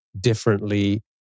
differently